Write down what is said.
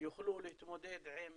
יוכלו להתמודד עם